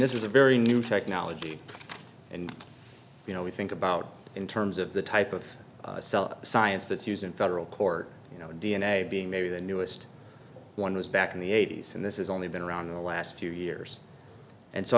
this is a very new technology and you know we think about in terms of the type of cell science that's used in federal court you know d n a being maybe the newest one was back in the eighty's and this is only been around the last few years and so